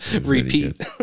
repeat